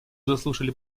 заслушали